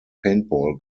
paintball